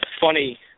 funny